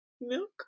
milk